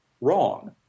wrong